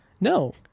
No